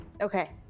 Okay